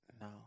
No